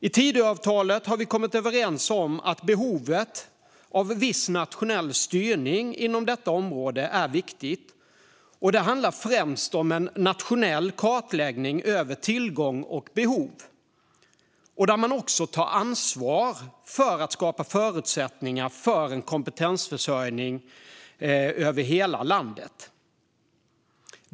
I Tidöavtalet har vi kommit överens om att viss nationell styrning inom detta område behövs. Det handlar främst om en nationell kartläggning av tillgång och behov där man också tar ansvar för att skapa förutsättningar för kompetensförsörjning i hela landet.